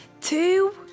Two